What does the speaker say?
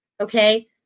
Okay